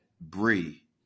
Bree